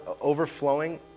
overflowing